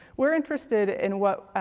we are interested in what,